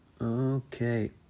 Okay